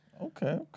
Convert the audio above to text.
Okay